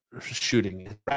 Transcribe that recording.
shooting